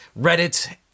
Reddit